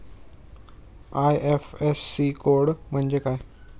IFSC code म्हणजे काय?